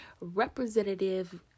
Representative